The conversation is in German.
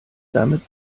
damit